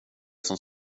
som